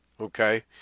Okay